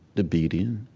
the beating.